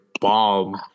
bomb